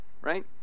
Right